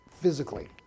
physically